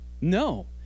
No